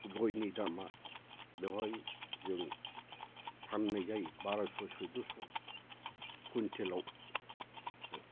गयनि दामा बेवहाय जों फाननाय जायो बारस' सैधस' कुइनटेलाव